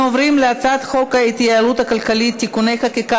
אנחנו עוברים להצעת חוק ההתייעלות הכלכלית (תיקוני חקיקה